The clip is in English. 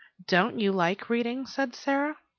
don't you like reading? said sara.